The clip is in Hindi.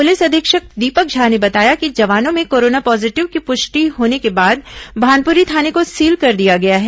पुलिस अधीक्षक दीपक झा ने बताया कि जवानों में कोरोना पॉजीटिव की पुष्टि होने के बाद भानुपरी थाने को सील कर दिया गया है